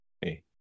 Hey